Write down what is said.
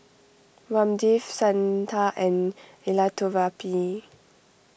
Ramdev Santha and Elattuvalapil